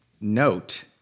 note